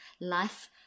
life